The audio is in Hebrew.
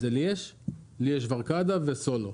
לי יש 'ורקאדה' ו'סולו'.